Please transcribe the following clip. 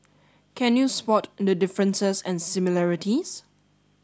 can you spot the differences and similarities